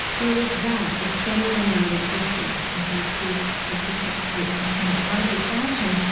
there was that. it's better than not existing. in fact, we existed quite in a lively fashion.